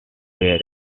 were